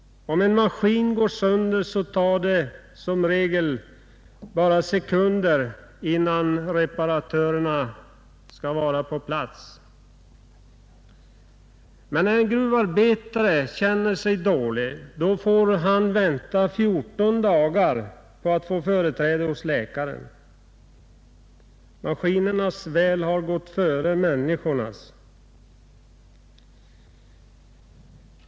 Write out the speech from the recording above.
Om en maskin går sönder tar det som regel bara sekunder innan reparatörerna är på plats. Men när en gruvarbetare känner sig dålig får han vänta 14 dagar på företräde hos läkaren. Maskinernas väl har gått före människornas.